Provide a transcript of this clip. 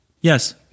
Yes